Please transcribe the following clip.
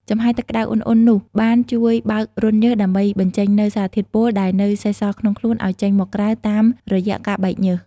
ចំហាយទឹកក្តៅឧណ្ហៗនោះបានជួយបើករន្ធញើសដើម្បីបញ្ចេញនូវសារធាតុពុលដែលនៅសេសសល់ក្នុងខ្លួនឱ្យចេញមកក្រៅតាមរយៈការបែកញើស។